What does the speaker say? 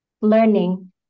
learning